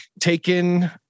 taken